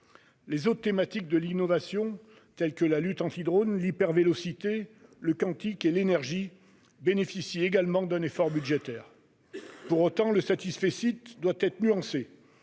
Les autres thématiques de l'innovation, telles que la lutte anti-drones, l'hypervélocité, le quantique et l'énergie, bénéficient également d'un effort budgétaire. Pour autant, le doit être nuancé,